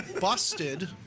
busted